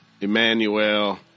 Emmanuel